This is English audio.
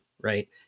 right